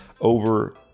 over